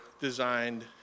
designed